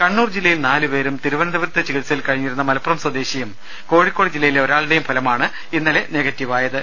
കണ്ണൂർ ജില്ലയിൽ നാലുപേരും തിരുവനന്തപുരത്ത് ചികിത്സയിൽ കഴിഞ്ഞിരുന്ന മലപ്പുറം സ്വദേശിയും കോഴിക്കോട് ജില്ലയിലെ ഒരാളുടെയും ഫലമാണ് ഇന്നലെ നെഗറ്റീവ് ആയത്